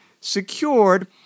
secured